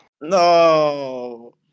No